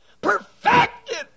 perfected